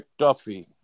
McDuffie